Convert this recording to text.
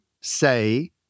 say